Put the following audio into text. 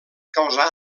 causar